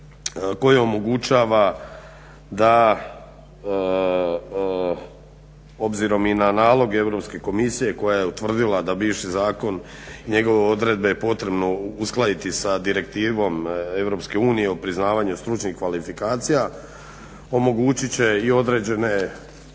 koji omogućava da obzirom i na nalog Europske komisije koja je utvrdila da bivši zakon i njegove odredbe je potrebno uskladiti sa direktivom Europske unije o priznavanju stručnih kvalifikacija, omogućit će i određene prije